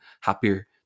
happier